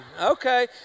Okay